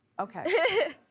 okay.